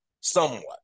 somewhat